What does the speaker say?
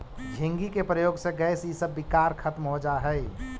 झींगी के प्रयोग से गैस इसब विकार खत्म हो जा हई